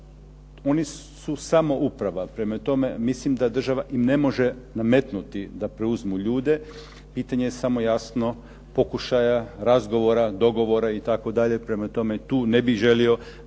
Oni su samo uprava, prema tome mislim da država im ne može nametnuti da preuzmu ljude. Pitanje je samo jasno pokušaja razgovora, dogovora itd., prema tome tu ne bi želio